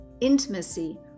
Intimacy